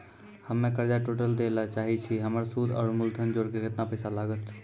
हम्मे कर्जा टोटल दे ला चाहे छी हमर सुद और मूलधन जोर के केतना पैसा लागत?